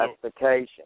classification